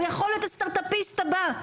הוא יכול להיות הסטרטאפיסט הבא.